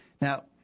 Now